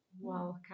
welcome